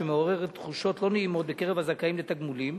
שמעוררת תחושות לא נעימות בקרב הזכאים לתגמולים,